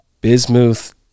bismuth